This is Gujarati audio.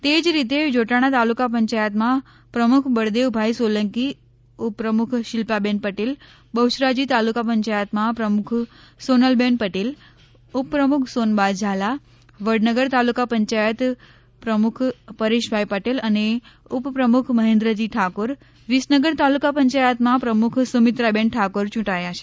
તેજ રીતે જોટાણા તાલુકા પંચાયતમાં પ્રમુખ બળદેવભાઈ સોલંકી ઉપપ્રમુખ શિલ્પાબેન પટેલ બહ્યરાજી તાલુકા પંચાયતમાં પ્રમુખ સોનલબેન પટેલ ઉપપ્રમુખ સોનબા ઝાલા વડનગર તાલુકા પંચાયત પ્રમુખ પરેશભાઈ પટેલ અને ઉપપ્રમુખ મહેન્દ્રજી ઠાકોર વિસનગર તાલુકા પંચાયતમાં પ્રમુખ સુમિત્રાબેન ઠાકોર ચૂંટાયા છે